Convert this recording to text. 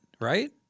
right